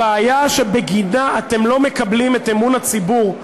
הבעיה שבגינה אתם לא מקבלים את אמון הציבור,